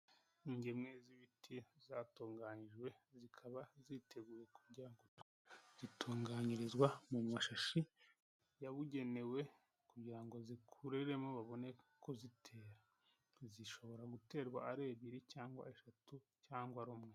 Ingemwe z'ibiti zatunganyijwe zikaba ziteguye kujya zitunganyirizwa mu mashashi yabugenewe kugira ngo zikuriremo babone kuzitera. Zishobora guterwa ari ebyiri cyangwa eshatu cyangwa rumwe.